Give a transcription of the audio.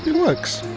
works.